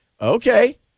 Okay